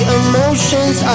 emotions